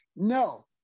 No